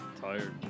tired